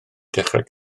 dechrau